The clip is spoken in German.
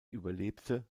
überlebte